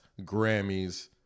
Grammys